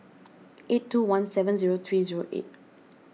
eight two one seven zero three zero eight